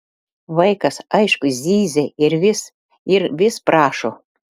vaikas aišku zyzia ir vis ir vis prašo